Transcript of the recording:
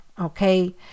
okay